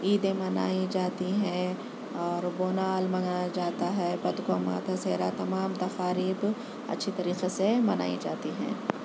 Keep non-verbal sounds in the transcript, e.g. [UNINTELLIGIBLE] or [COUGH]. عیدیں منائی جاتی ہیں اور بونال منگایا جاتا ہے [UNINTELLIGIBLE] تمام تقاریب اچھی طریقے سے منائی جاتی ہیں